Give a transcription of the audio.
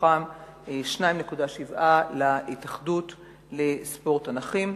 מתוכם 2.7 להתאחדות לספורט הנכים.